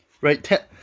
Right